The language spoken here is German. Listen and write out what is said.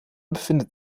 befindet